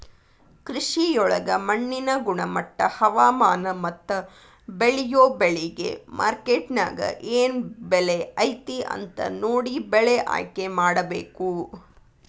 ಕೃಷಿಯೊಳಗ ಮಣ್ಣಿನ ಗುಣಮಟ್ಟ, ಹವಾಮಾನ, ಮತ್ತ ಬೇಳಿಯೊ ಬೆಳಿಗೆ ಮಾರ್ಕೆಟ್ನ್ಯಾಗ ಏನ್ ಬೆಲೆ ಐತಿ ಅಂತ ನೋಡಿ ಬೆಳೆ ಆಯ್ಕೆಮಾಡಬೇಕು